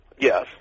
Yes